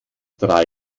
drei